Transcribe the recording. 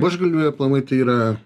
buožgalviai aplamai tai yra